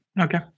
Okay